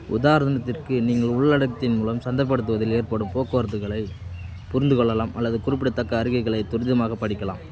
உதாரணத்திற்கு நீங்கள் உள்ளடக்கத்தின் மூலம் சந்தைப்படுத்துவதில் ஏற்படும் போக்குவரத்துகளை புரிந்து கொள்ளலாம் அல்லது குறிப்பிட்ட அறிக்கைகளைத் துரிதமாகப் படிக்கலாம்